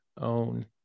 own